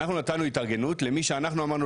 אנחנו נתנו התארגנות למי שאנחנו אמרנו